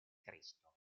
cristo